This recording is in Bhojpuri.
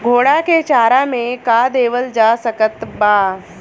घोड़ा के चारा मे का देवल जा सकत बा?